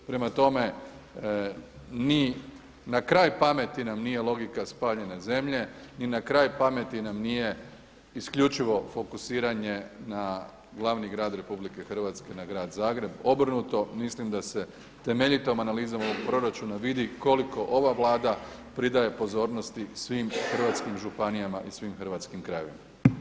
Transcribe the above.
Prema tome, ni na kraj pameti nam nije logika spaljene zemlje, ni na kraj pameti nam nije isključivo fokusiranje na glavni grad RH na grad Zagreb, obrnuto, mislim da se temeljitom analizom ovog proračuna vidi koliko ova Vlada pridaje pozornosti svim hrvatskim županijama i svim hrvatskim krajevima.